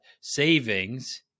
savings